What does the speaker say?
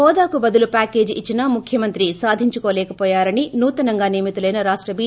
హోదాకు బదులు ప్యాకేజీ ఇచ్చినా ముఖ్యమంత్రి సాధించుకోలేకపోయారని నూతనంగా నియమితులైన రాష్ట్ బి